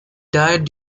died